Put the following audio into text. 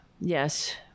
Yes